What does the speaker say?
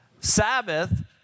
Sabbath